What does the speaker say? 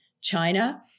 China